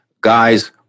Guys